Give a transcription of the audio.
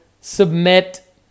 submit